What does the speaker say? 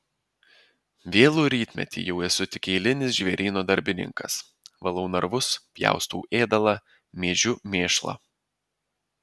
vėlų rytmetį jau esu tik eilinis žvėryno darbininkas valau narvus pjaustau ėdalą mėžiu mėšlą